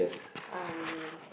um